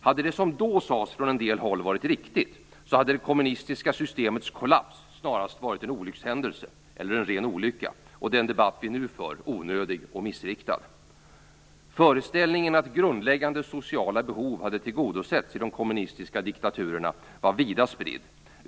Hade det som då sades från en del håll varit riktigt, hade det kommunistiska systemets kollaps snarast varit en olyckshändelse - eller en ren olycka - och den debatt vi nu för onödig och missriktad. Föreställningen att grundläggande sociala behov hade tillgodosetts i de kommunistiska diktaturerna var vida spridd.